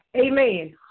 Amen